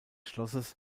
schlosses